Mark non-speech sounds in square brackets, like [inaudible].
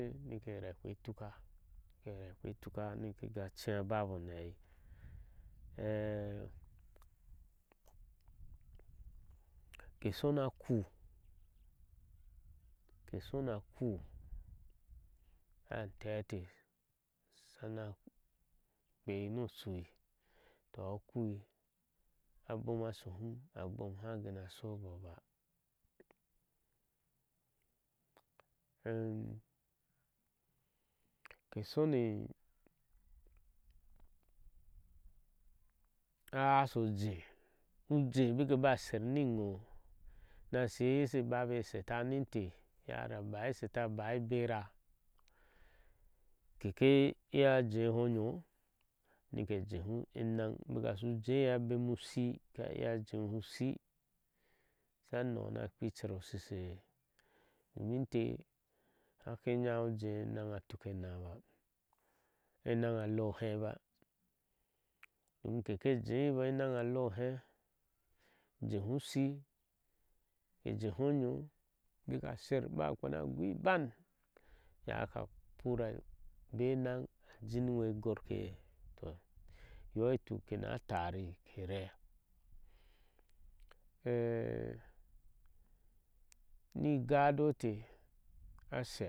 Nike repe ke tuka nika chee ababo ni ni a hei [noise] ke shona a kúú ke shona a kúú abom a shhum abon ha guna shobo baá [hesitation] ke shoni a hasho jee ujɛɛ baki ba sher ni ŋo, na shi eye she babi esheta ni inteh iye ahri abai esheta, a bai ebera keke iya jeho onyyo nike jeehi enaŋ, bika ahu jɛɛ eye asha bena ushii ka iya jehi ushii asha noɔ na kpeá ker oshii shiye domin inteh hake nyayir ujɛɛ enarŋ atukena baa enaŋ a lea oheh baa don keke jehi mboo enaŋ a lea oheh jehe ushii jehi onyo bike sher, ba kpana gi ebaŋ iye haka purr a bea eneŋ a jiin wei ogɔr eye toh inyo ituke kena tari ke rɛɛ [hesitation] ni gad eteh a she.